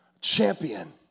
champion